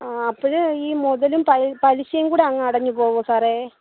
ആ അപ്പോൾ ഈ മുതലും പലിശയും കൂടി അങ്ങ് അടഞ്ഞുപോകുമോ സാറേ